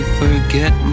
forget